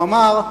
הוא אמר: